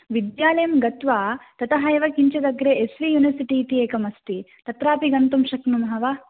विद्यालयं गत्वा ततः एव किञ्चिदग्रे एस् वि युनिवर्सिटि इति एकमस्ति तत्रापि गन्तुं शक्नुमः वा